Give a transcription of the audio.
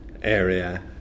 Area